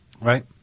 Right